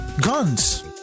guns